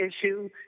issue